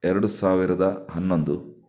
ಎರಡು ಸಾವಿರದ ಹನ್ನೊಂದು